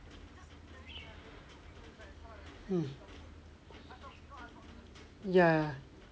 mm